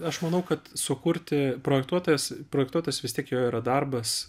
aš manau kad sukurti projektuotojas projektuotas vis tiek jo yra darbas